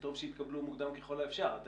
טוב שיתקבלו מוקדם ככל האפשר.